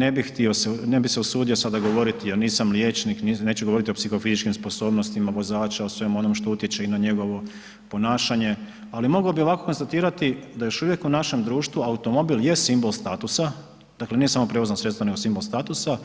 Ne bi, ne bi htio se, ne bi usudio sada govoriti jer nisam liječnik, neću govoriti o psihofizičkim sposobnostima vozača, o svemu onom što utječe i na njegovo ponašanje, ali bi mogo bi ovako konstatirati da još uvijek u našem društvu automobil je simbol status, dakle nije samo prijevozno sredstvo, nego simbol statusa,